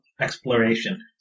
exploration